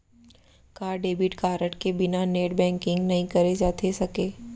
का debit card के बिना नेट बैंकिंग नई करे जाथे सके?